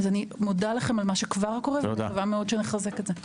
אז אני מודה לכם על מה שכבר קורה ומקווה מאוד שנחזק את זה.